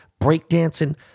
breakdancing